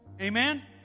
Amen